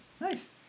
nice